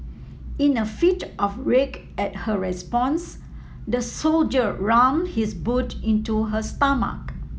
in a fit of rage at her response the soldier rammed his boot into her stomach